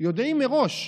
יודעים מראש,